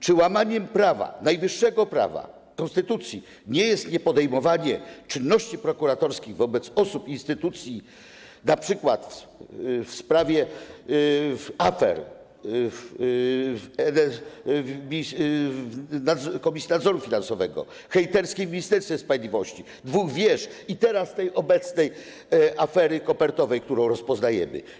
Czy łamaniem prawa, najwyższego prawa, konstytucji, nie jest niepodejmowanie czynności prokuratorskich wobec osób i instytucji, np. w sprawie afer w Komisji Nadzoru Finansowego, hejterskim Ministerstwie Sprawiedliwości, w sprawie dwóch wież i teraz tej obecnej afery kopertowej, którą rozpoznajemy?